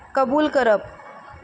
कबूल करप